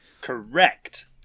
Correct